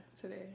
today